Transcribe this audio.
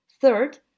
Third